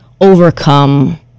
overcome